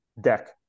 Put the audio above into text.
deck